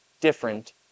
different